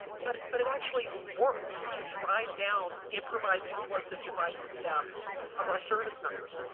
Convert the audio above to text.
but but it actually worked to drive down improvised explosive devices deaths of our servicemembers,